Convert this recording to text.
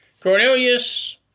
Cornelius